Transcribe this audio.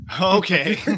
okay